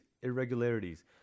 irregularities